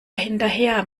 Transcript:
hinterher